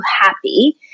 happy